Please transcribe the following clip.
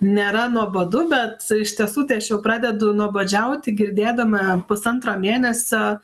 nėra nuobodu bet iš tiesų tai aš jau pradedu nuobodžiaut girdėdama pusantro mėnesio